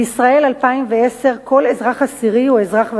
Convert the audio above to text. בישראל 2010 כל אזרח עשירי הוא אזרח ותיק.